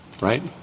Right